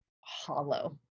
hollow